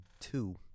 two